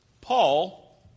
Paul